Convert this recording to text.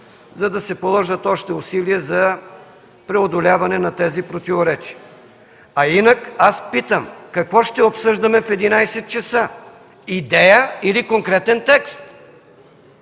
за да се положат още усилия за преодоляване и на тези противоречия. А инак аз питам: какво ще обсъждаме в 11,00 ч. – идея или конкретен текст?